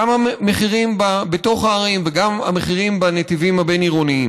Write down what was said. גם המחירים בתוך הערים וגם המחירים בנתיבים הבין-עירוניים.